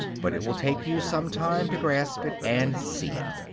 but it will take you some time to grasp it and see it.